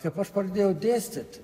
kad aš pradėjau dėstyt